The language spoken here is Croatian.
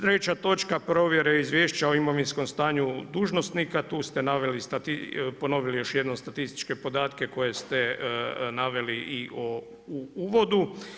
Treća točka provjera izvješća o imovinskom stanju dužnosnika, tu ste ponovili još jednom statističke podatke, koje ste naveli i u uvodu.